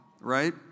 right